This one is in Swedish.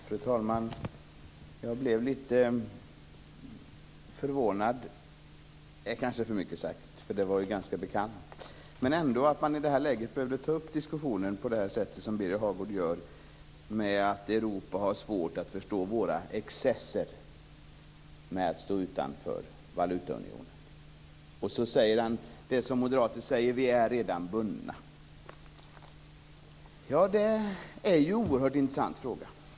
Fru talman! Att jag blev litet förvånad är kanske för mycket sagt, för det var ju ganska bekant. Men det är ändå förvånande att man i det här läget behöver ta upp diskussionen på det sätt som Birger Hagård gjorde om att Europa har svårt att förstå våra excesser med att stå utanför valutaunionen. Sedan säger han: Det är som vi moderater säger, vi är redan bundna. Det är en oerhört intressant fråga.